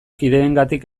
kideengatik